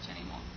anymore